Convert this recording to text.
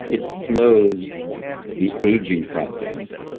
it slows the aging process.